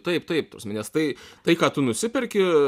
taip taip ta prasme nes tai tai ką tu nusiperki